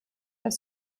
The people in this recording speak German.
das